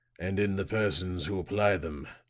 and in the persons who apply them,